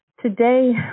today